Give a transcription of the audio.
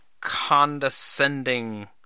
condescending